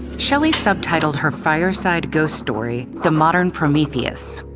shelley subtitled her fireside ghost story, the modern prometheus.